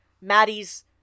Maddie's